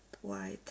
white